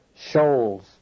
Shoals